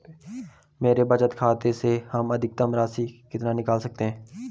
मेरे बचत खाते से हम अधिकतम राशि कितनी निकाल सकते हैं?